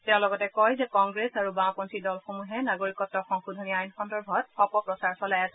তেওঁ লগতে কয় যে কংগ্ৰেছ আৰু বাওঁপন্থী দলসমূহে নাগৰিকত্ব সংশোধনী আইন সন্দৰ্ভত অপপ্ৰচাৰ চলাই আছে